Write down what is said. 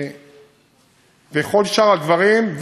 וכל שאר הדברים.